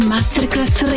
Masterclass